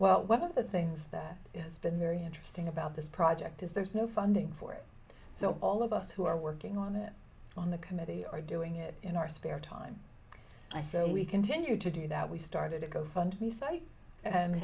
well one of the things that has been very interesting about this project is there's no funding for it so all of us who are working on it on the committee are doing it in our spare time i say we continue to do that we started to go